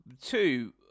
two